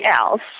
else